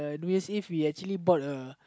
New Year's Eve we actually bought a